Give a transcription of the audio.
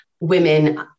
women